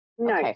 No